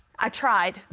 i tried.